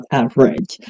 average